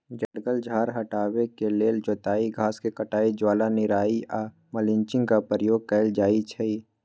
जङगल झार हटाबे के लेल जोताई, घास के कटाई, ज्वाला निराई आऽ मल्चिंग के प्रयोग कएल जाइ छइ